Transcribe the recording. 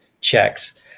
checks